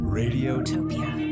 radiotopia